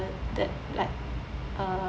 that like uh